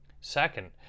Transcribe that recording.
Second